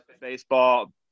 Baseball